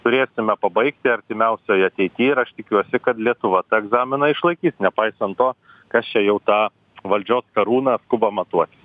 turėtsime pabaigti artimiausioje ateityje ir aš tikiuosi kad lietuva tą egzaminą išlaikys nepaisant to kas čia jau tą valdžios karūną skuba matuotis